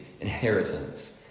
inheritance